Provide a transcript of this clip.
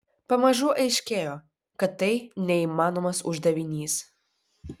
pamažu aiškėjo kad tai neįmanomas uždavinys